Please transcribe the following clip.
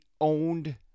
owned